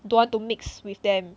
don't want to mix with them